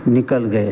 निकल गए